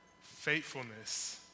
Faithfulness